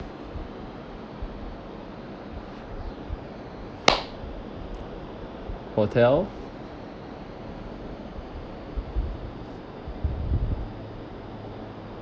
hotel